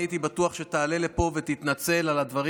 אני הייתי בטוח שתעלה לפה ותתנצל על הדברים